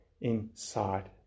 inside